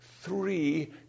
Three